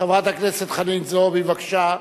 חברת הכנסת חנין זועבי, בבקשה,